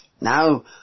Now